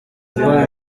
bwo